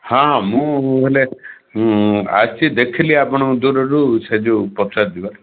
ହଁ ହଁ ମୁଁ ହେଲେ ଆସିଛି ଦେଖିଲି ଆପଣଙ୍କୁ ଦୂରରୁ ସେ ଯୋଗୁ ପଚାରୁଛି ବା